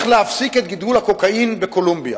כולנו הר-ברכה.